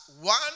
one